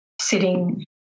sitting